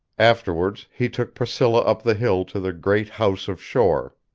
afterwards, he took priscilla up the hill to the great house of shore.